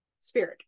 spirit